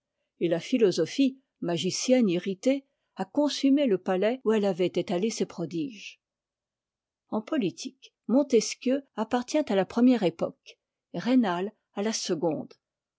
et la philosophie magicienne irritée a consumé le palais où elle avait étalé ses prodiges en politique montesquieu appartient à la première époque raynal à la seconde